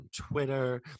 Twitter